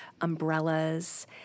umbrellas